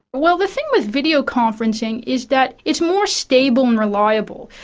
well, the thing with videoconferencing is that it's more stable and reliable.